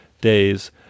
days